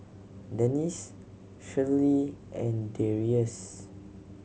Dennis Shirlee and Darrius